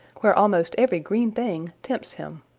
where almost every green thing tempts him.